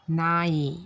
ನಾಯಿ